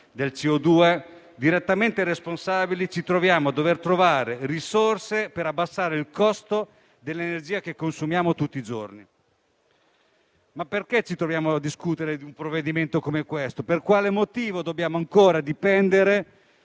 del CO2, direttamente responsabili, ci troviamo a dover trovare risorse per abbassare il costo dell'energia che consumiamo tutti i giorni. Ma perché ci troviamo a discutere di un provvedimento come questo? Per quale motivo dobbiamo ancora dipendere